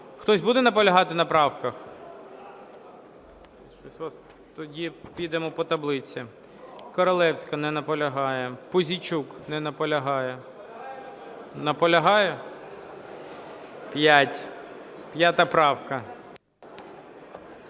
Хтось буде наполягати на правках? Тоді підемо по таблиці. Королевська. Не наполягає. Пузійчук. Не наполягає. Наполягає? 5 правка.